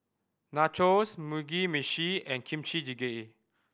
Nachos Mugi Meshi and Kimchi Jjigae